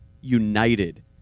united